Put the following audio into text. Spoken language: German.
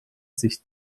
sich